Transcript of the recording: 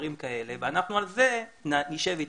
דברים כאלה ועל זה אנחנו נשב איתם,